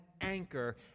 anchor